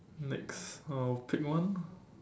next I'll pick one